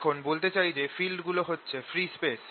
এখন বলতে চাই যে এই ফিল্ড গুলো হচ্ছে ফ্রী স্পেসে